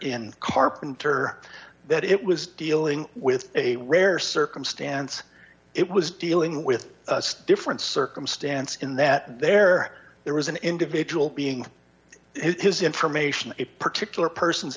in carpenter that it was dealing with a rare circumstance it was dealing with a different circumstance in that there there was an individual being his information a particular person's